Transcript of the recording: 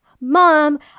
mom